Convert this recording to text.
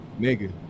nigga